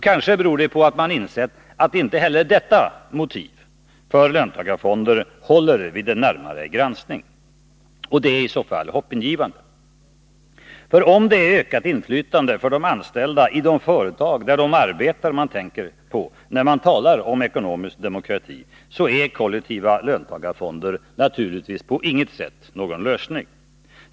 Kanske beror det på att man har insett att inte heller detta motiv för löntagarfonder håller vid en närmare granskning. Det är i så fall hoppingivande. Om det är ökat inflytande för de anställda i de företag där de arbetar som man tänker på när man talar om ekonomisk demokrati, är kollektiva löntagarfonder naturligtvis på intet sätt någon lösning.